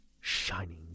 shining